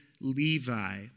Levi